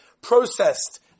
processed